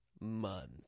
month